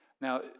Now